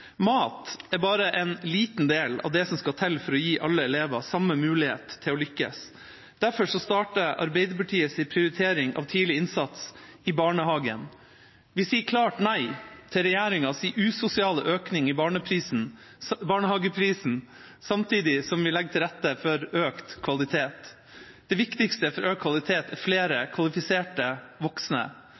Mat er bare en liten del av det som skal til for å gi alle elever samme mulighet til å lykkes. Derfor starter Arbeiderpartiets prioritering av tidlig innsats i barnehagen. Vi sier klart nei til regjeringas usosiale økning i barnehageprisen, samtidig som vi legger til rette for økt kvalitet. Det viktigste for økt kvalitet er flere kvalifiserte voksne.